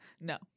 No